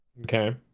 Okay